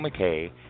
McKay